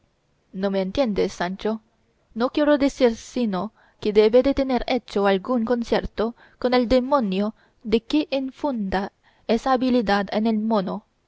no me entiendes sancho no quiero decir sino que debe de tener hecho algún concierto con el demonio de que infunda esa habilidad en el mono